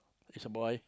it's a boy